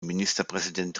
ministerpräsident